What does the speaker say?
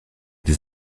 des